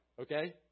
okay